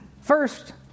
First